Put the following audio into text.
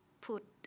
put